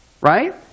Right